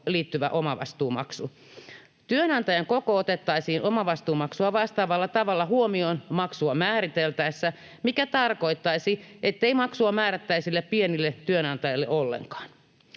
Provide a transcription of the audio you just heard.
liittyvä omavastuumaksu. Työnantajan koko otettaisiin omavastuumaksua vastaavalla tavalla huomioon maksua määriteltäessä, mikä tarkoittaisi, ettei maksua määrättäisi pienille työnantajille ollenkaan.